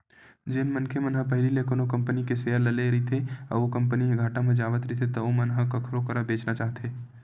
जेन मनखे मन ह पहिली ले कोनो कंपनी के सेयर ल लेए रहिथे अउ ओ कंपनी ह घाटा म जावत रहिथे त ओमन ह कखरो करा बेंचना चाहथे